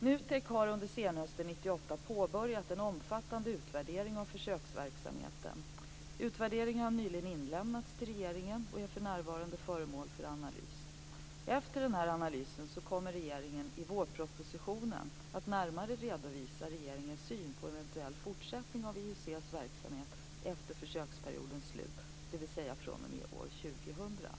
NUTEK har under senhösten 1998 påbörjat en omfattande utvärdering av försöksverksamheten. Utvärderingen har nyligen inlämnats till regeringen och är för närvarande föremål för analys. Efter den här analysen kommer regeringen i vårpropositionen att närmare redovisa regeringens syn på en eventuell fortsättning av IUC:s verksamhet efter försöksperiodens slut, alltså fr.o.m. år 2000.